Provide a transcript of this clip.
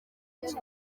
iminsi